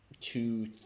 two